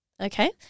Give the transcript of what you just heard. okay